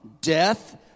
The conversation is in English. death